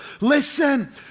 Listen